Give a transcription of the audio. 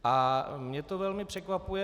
A mě to velmi překvapuje.